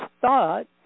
thought